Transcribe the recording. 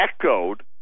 echoed